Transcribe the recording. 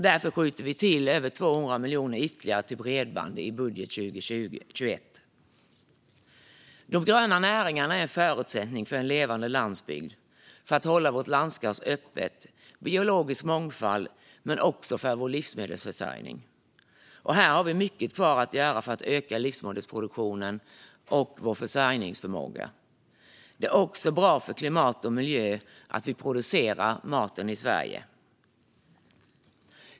Därför skjuter vi till över 200 miljoner ytterligare till bredband i budgeten för 2021. De gröna näringarna är en förutsättning för en levande landsbygd, för att hålla våra landskap öppna och för biologisk mångfald men också för vår livsmedelsförsörjning. Vi har mycket kvar att göra för att öka vår livsmedelsproduktion och vår försörjningsförmåga. Det är också bra för klimat och miljö att vi producerar maten i Sverige.